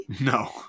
No